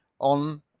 on